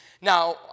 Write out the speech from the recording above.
now